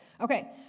okay